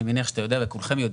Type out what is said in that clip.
אני מניח שאתה יודע וכולכם יודעים,